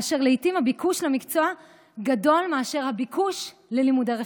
ולעיתים הביקוש למקצוע גדול מאשר הביקוש ללימודי רפואה.